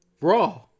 Raw